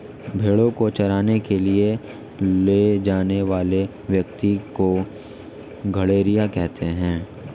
भेंड़ों को चराने के लिए ले जाने वाले व्यक्ति को गड़ेरिया कहा जाता है